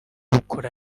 bukora